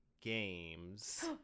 games